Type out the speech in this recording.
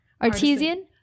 Artesian